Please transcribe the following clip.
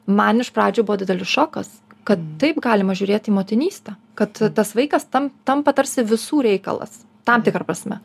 man iš pradžių buvo didelis šokas kad taip galima žiūrėt į motinystę kad tas vaikas tam tampa tarsi visų reikalas tam tikra prasme